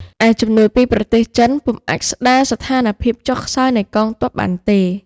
ឯជំនួយពីប្រទេសចិនពុំអាចស្ដារស្ថានភាពចុះខ្សោយនៃកងទ័ពបានទេ។